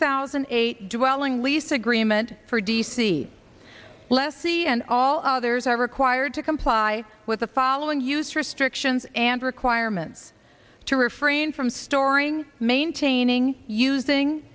thousand and eight dwelling lease agreement for d c lessee and all others are required to comply with the following use restrictions and requirements to refrain from storing maintaining using